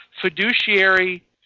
fiduciary